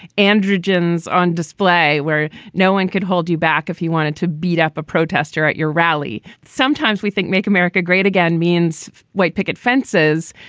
androgens on display where no one could hold you back if you wanted to beat up a protester at your rally. sometimes we think make america great again means white picket fences.